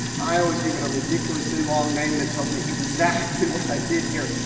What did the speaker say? i always give it a ridiculously long name that tells me exactly what i did here.